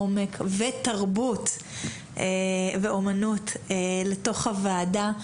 עומק, תרבות ואמנות לתוך הוועדה.